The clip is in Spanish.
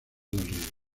del